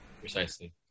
Precisely